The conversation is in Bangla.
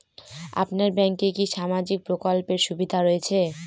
আপনার ব্যাংকে কি সামাজিক প্রকল্পের সুবিধা রয়েছে?